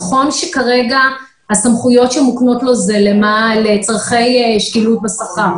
נכון שכרגע הסמכויות שמוקנות לו הן לצורכי שכר,